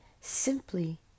simply